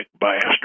bastard